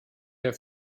der